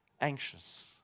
anxious